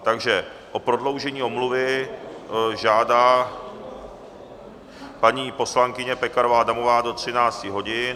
Takže o prodloužení omluvy žádá paní poslankyně Pekarová Adamová do 13 hodin.